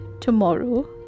tomorrow